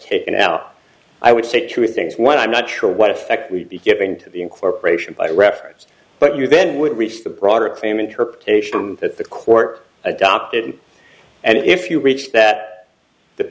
taken out i would say two things one i'm not sure what effect we'd be giving to the incorporation by reference but you then would reach the broader claim interpretation that the court adopted and if you reach that the